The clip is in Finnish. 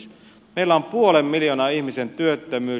meillä on puolen miljoonan ihmisen työttömyys